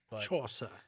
Chaucer